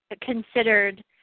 considered